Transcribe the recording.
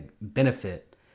benefit